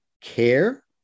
care